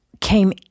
came